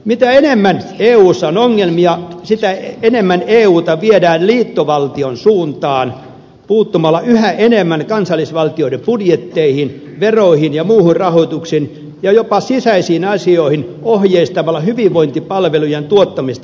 mitä enemmän eussa on ongelmia sitä enemmän euta viedään liittovaltion suuntaan puuttumalla yhä enemmän kansallisvaltioiden budjetteihin veroihin ja muuhun rahoitukseen ja jopa sisäisiin asioihin ohjeistamalla hyvinvointipalvelujen tuottamista ja sisältöä